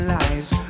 lives